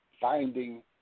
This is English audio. Finding